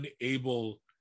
unable